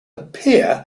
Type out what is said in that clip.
appear